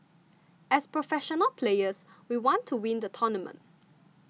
as professional players we want to win the tournament